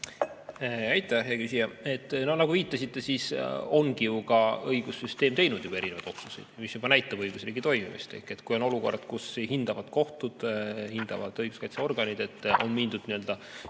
Aitäh, hea küsija! Nagu te viitasite, on õigussüsteem teinud juba erinevaid otsuseid, see ju näitabki õigusriigi toimimist. Kui on olukord, kus hindavad kohtud, hindavad õiguskaitseorganid, et on mindud üle